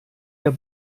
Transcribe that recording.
der